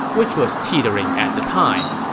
which was teetering at the time.